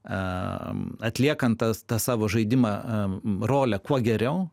atliekant tą savo žaidimą rolę kuo geriau